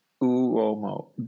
Uomo